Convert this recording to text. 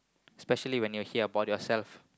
especially when you hear about yourself